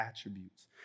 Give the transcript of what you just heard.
attributes